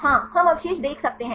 हाँ हम अवशेष देख सकते हैं